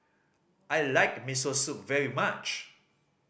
I like Miso Soup very much